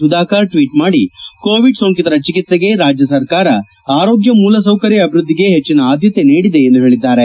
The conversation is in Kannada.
ಸುಧಾಕರ್ ಟ್ವೀಟ್ ಮಾಡಿ ಕೋವಿಡ್ ಸೋಂಕಿತರ ಚಿಕಿತ್ಸೆಗೆ ರಾಜ್ಯ ಸರ್ಕಾರ ಆರೋಗ್ಯ ಮೂಲ ಸೌಕರ್ಯ ಅಭಿವೃದ್ದಿಗೆ ಹೆಚ್ಚಿನ ಆದ್ಭತೆ ನೀಡಿದೆ ಎಂದು ಹೇಳದ್ದಾರೆ